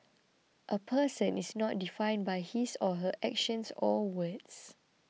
a person is not defined by his or her actions or words